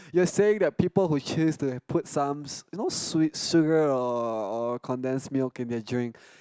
you're saying that people who choose to have put some you know sweet sugar or or condense milk in their drink